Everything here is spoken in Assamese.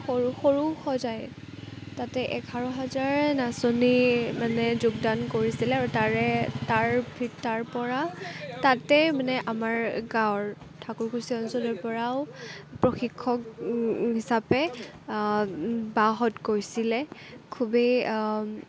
সৰু সৰুসজাই তাতে এঘাৰ হেজাৰ নাচনী মানে যোগদান কৰিছিলে আৰু তাৰে তাৰপৰা তাতেই মানে আমাৰ গাৱঁৰ ঠাকুৰকুছি অঞ্চলৰ পৰাও প্ৰশিক্ষক হিচাপে বাহঁত গৈছিলে খুবেই